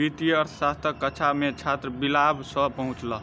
वित्तीय अर्थशास्त्रक कक्षा मे छात्र विलाभ सॅ पहुँचल